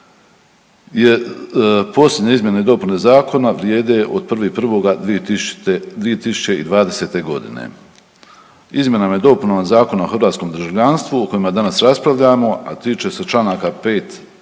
posljednje izmjene i dopune zakona vrijede od 1.1.2020.g. Izmjenama i dopunama Zakona o hrvatskom državljanstvu o kojima danas raspravljamo, a tiče se čl. 5.